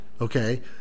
okay